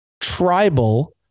tribal